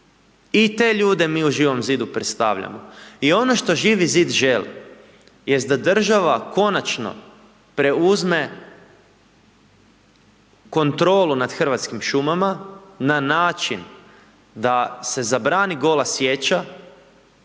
i te ljude mi u Živom zidu predstavljamo. I ono što Živi zid želi jest da država konačno preuzme kontrolu nad Hrvatskim šumama na način da se zabrani gola sječa